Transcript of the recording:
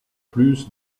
plus